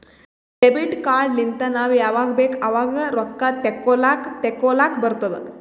debit card ಲಿಂತ್ ನಾವ್ ಯಾವಾಗ್ ಬೇಕ್ ಆವಾಗ್ ರೊಕ್ಕಾ ತೆಕ್ಕೋಲಾಕ್ ತೇಕೊಲಾಕ್ ಬರ್ತುದ್